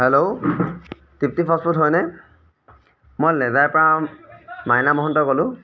hello Tripti fast food হয়নে মই লেজাৰপাম মাইনা মহন্তই ক'লোঁ